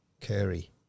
Curry